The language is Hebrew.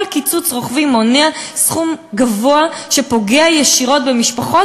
כל קיצוץ רוחבי מונע סכום גבוה שפוגע ישירות במשפחות,